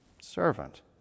servant